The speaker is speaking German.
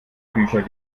bücher